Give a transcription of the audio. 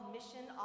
Mission